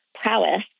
prowess